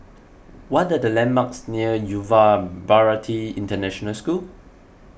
what are the landmarks near Yuva Bharati International School